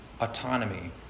Autonomy